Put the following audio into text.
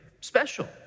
special